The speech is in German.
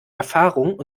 erfahrung